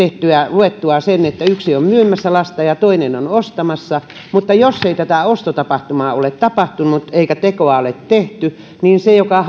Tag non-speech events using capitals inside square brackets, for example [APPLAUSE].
luettua sen että yksi on myymässä lasta ja toinen on ostamassa mutta jos ei tätä ostotapahtumaa ole tapahtunut eikä tekoa ole tehty niin se joka [UNINTELLIGIBLE]